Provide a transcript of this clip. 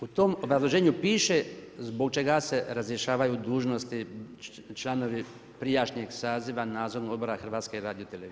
U tom obrazloženju piše zbog čega se razrješavaju dužnosti članovi prijašnjeg saziva nadzornog odbora HRT-a.